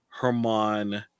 Herman